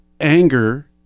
anger